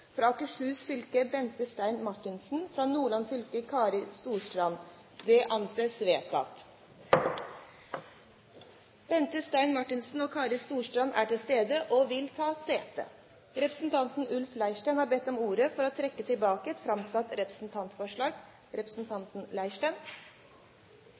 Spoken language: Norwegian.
For Akershus fylke: Bente Stein Mathisen For Nordland fylke: Kari Storstrand Bente Stein Mathisen og Kari Storstrand er til stede og vil ta sete. Representanten Ulf Leirstein har bedt om ordet for å trekke tilbake et framsatt representantforslag.